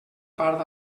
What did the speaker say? part